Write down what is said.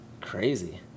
Crazy